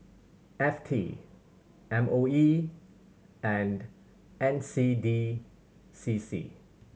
F T M O E and N C D C C